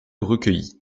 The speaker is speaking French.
recueillit